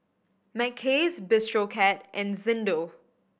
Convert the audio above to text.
Mackays Bistro Cat and Xndo